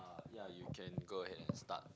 ya you can go ahead and start